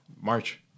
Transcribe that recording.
March